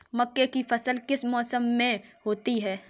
मक्का की फसल किस मौसम में होती है?